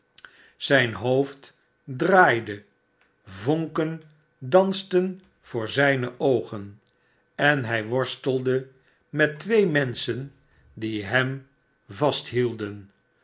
zijn hoofd draaide vonken dansten voor zijne oogen en hij worstelde met twee menschen die hem vasthielden